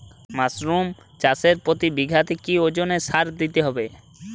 Mushroom চাষে প্রতি বিঘাতে কি ওজনে সার দিতে হবে?